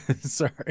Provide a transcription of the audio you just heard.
Sorry